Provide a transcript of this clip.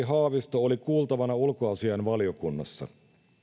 haavisto oli kuultavana ulkoasiainvaliokunnassa